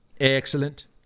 excellent